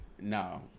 no